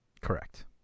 Correct